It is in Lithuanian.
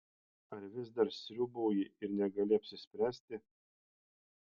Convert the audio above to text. ar vis dar sriūbauji ir negali apsispręsti